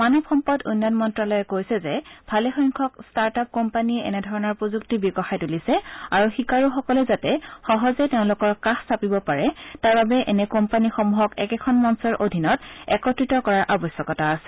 মানৱ সম্পদ উন্নয়ণ মন্তালয়ে কৈছে যে ভালেসংখ্যক ষ্টাৰ্ট আপ কোম্পীয়ে এনে ধৰণৰ প্ৰযুক্তি বিকশাই তুলিছে আৰু শিকাৰুসকলে যাতে সহজে তেওঁলোকৰ কাষ চাপি যাব পাৰে তাৰ বাবে এনে কোম্পানীসমূহক একেখন মঞ্চৰ অধীনত একত্ৰিত কৰাৰ আৱশ্যকতা আছে